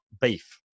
beef